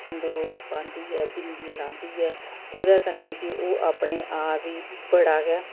संदूर पांदी ऐ बिंदी लांदी ऐ ओह्दे कन्नै ओह् अपने आप ई बड़ा गै